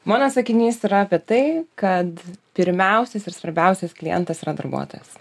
mano sakinys yra apie tai kad pirmiausias ir svarbiausias klientas yra darbuotojas